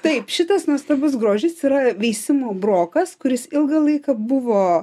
taip šitas nuostabus grožis yra veisimo brokas kuris ilgą laiką buvo